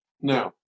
Now